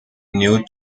new